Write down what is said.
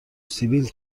سیبیل